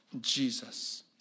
Jesus